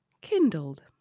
Kindled